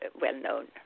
well-known